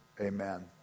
Amen